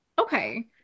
okay